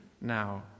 now